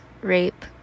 rape